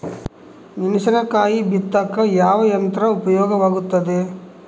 ಮೆಣಸಿನಕಾಯಿ ಬಿತ್ತಾಕ ಯಾವ ಯಂತ್ರ ಉಪಯೋಗವಾಗುತ್ತೆ?